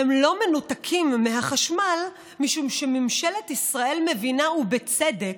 הם לא מנותקים מהחשמל משום שממשלת ישראל מבינה ובצדק,